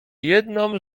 jedną